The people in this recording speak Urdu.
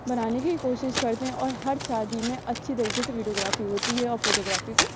بنانے کی کوشش کرتے ہیں اور ہر شادی میں اچھی طریقے سے ویڈیوگرافی ہوتی ہے اور فوٹوگرافی کو